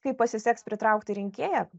kaip pasiseks pritraukti rinkėją